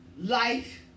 Life